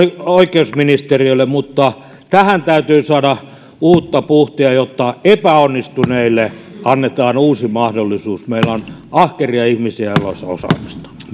oikeusministeriölle mutta tähän täytyy saada uutta puhtia jotta epäonnistuneille annetaan uusi mahdollisuus meillä on ahkeria ihmisiä joilla olisi osaamista